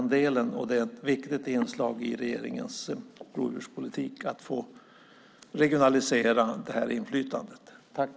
Att regionalisera inflytandet är ett viktigt inslag i regeringens rovdjurspolitik.